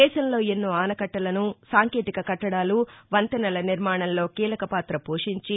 దేశంలో ఎన్నో ఆనకట్లలను సాంకేతిక కట్లడాలు వంతెనల నిర్మాణంలో కీలకపాత పోషించి